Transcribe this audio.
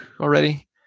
already